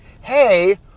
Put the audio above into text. hey